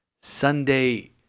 Sunday